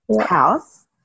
house